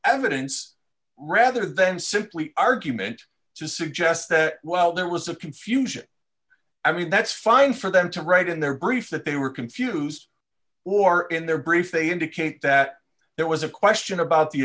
evidence rather than simply argument to suggest well there was a confusion i mean that's fine for them to write in their grief that they were confused or in their brief they indicate that there was a question about the